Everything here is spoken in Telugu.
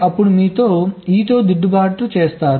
అప్పుడు మీరు e తో దిద్దుబాటు చేస్తారు